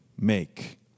make